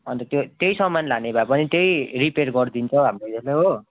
अन्त त्यो त्यही सामान लाने भए पनि त्यही रिपेयर गरिदिन्छ हाम्रो यसले हो